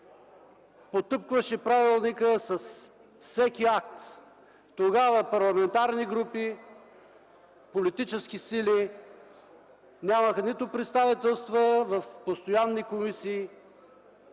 потъпкваше правилника с всеки акт. Тогава парламентарни групи, политически сили нямаха нито представителства в постоянни комисии,